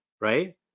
right